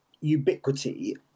ubiquity